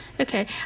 Okay